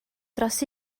dros